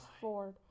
Ford